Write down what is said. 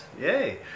Yay